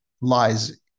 lies